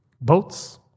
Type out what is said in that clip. boats